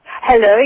Hello